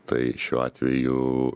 tai šiuo atveju